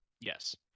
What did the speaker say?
Yes